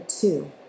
two